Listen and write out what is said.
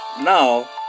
Now